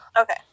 Okay